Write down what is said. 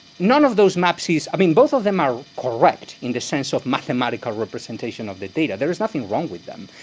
none of those maps use i mean, both of them are correct in the sense that mathematical representation of the data. there is nothing wrong with them.